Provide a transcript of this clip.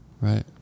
Right